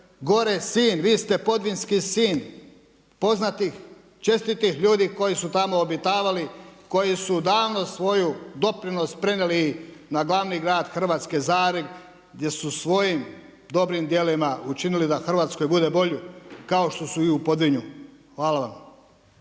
gore sin, vi ste povinjski sin, poznatih, čestitih ljudi koji su tamo obitavali, koji su davno svoj doprinos prenijeli na glavni grad Hrvatske, Zagreb gdje su svojim dobrim dijelima učinili da Hrvatskoj bude bolje kao što su i u Podvinju. Hvala vam.